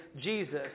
Jesus